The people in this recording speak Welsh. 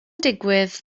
digwydd